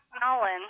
Nolan